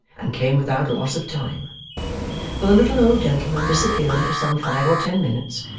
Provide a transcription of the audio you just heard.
and came without loss of time for the little old gentleman, disappearing for some five or ten minutes,